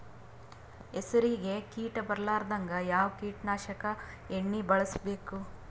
ಹೆಸರಿಗಿ ಕೀಟ ಬರಲಾರದಂಗ ಯಾವ ಕೀಟನಾಶಕ ಎಣ್ಣಿಬಳಸಬೇಕು?